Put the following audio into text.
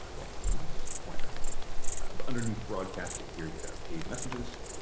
um lost my mouse pointer. but underneath broadcasting here, you've got paid messages.